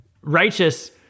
Righteous